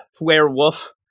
Werewolf